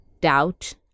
doubt